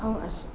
ऐं अस